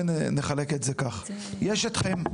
יש אתכם,